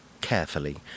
carefully